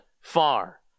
far